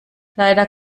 leider